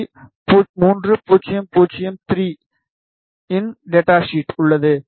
G 3003 இன் data sheet உள்ளது